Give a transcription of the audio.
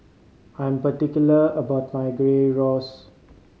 I'm particular about my Gyros